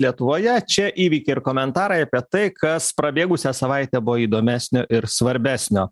lietuvoje čia įvykiai ir komentarai apie tai kas prabėgusią savaitę įdomesnio ir svarbesnio